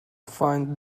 find